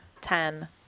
ten